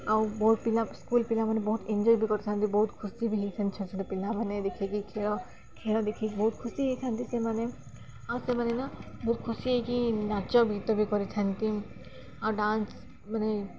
ଆଉ ବହୁତ ପିଲା ସ୍କୁଲ୍ ପିଲାମାନେ ବହୁତ ଏନ୍ଜୟ ବି କରିଥାନ୍ତି ବହୁତ ଖୁସି ବି ହେଇଥାନ୍ତି ଛୋଟ ଛୋଟ ପିଲାମାନେ ଦେଖିକି ଖେୀଳ ଖେଳ ଦେଖିକି ବହୁତ ଖୁସି ହେଇଥାନ୍ତି ସେମାନେ ଆଉ ସେମାନେ ନା ବହୁତ ଖୁସି ହେଇକି ନାଚ ଗୀତ ବି କରିଥାନ୍ତି ଆଉ ଡାନ୍ସ ମାନେ